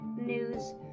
news